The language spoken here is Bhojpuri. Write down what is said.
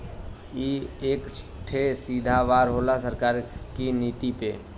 ई एक ठे सीधा वार होला सरकार की नीति पे